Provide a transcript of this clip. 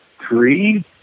three